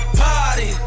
party